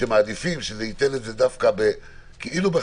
שהם מעדיפים שזה יהיה דווקא בחריגות,